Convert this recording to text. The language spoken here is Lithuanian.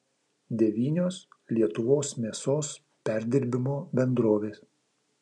devynios lietuvos mėsos perdirbimo bendrovės